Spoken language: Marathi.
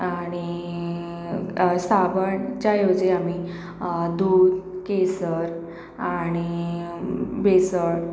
आणि साबणच्या ऐवजी आम्ही दूध केसर आणि बेसन